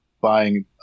buying